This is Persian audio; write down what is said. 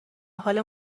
حال